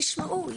תשמעו,